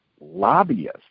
lobbyists